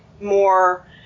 more